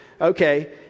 Okay